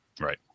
Right